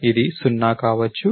ఇది 0 కావచ్చు